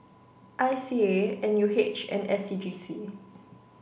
I CA N U H and S C G C